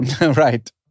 Right